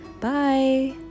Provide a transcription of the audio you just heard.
Bye